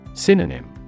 Synonym